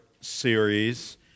series